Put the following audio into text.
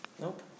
Nope